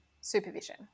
supervision